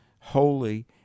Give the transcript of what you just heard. holy